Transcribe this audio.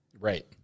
Right